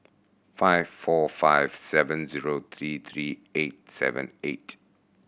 five four five seven zero three three eight seven eight